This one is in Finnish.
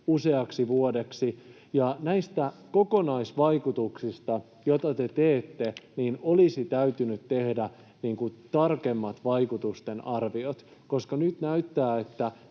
useaksi vuodeksi. Ja näistä kokonaisvaikutuksista, joita te teette, olisi täytynyt tehdä tarkemmat vaikutustenarviot, koska nyt näyttää siltä,